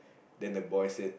then the boy said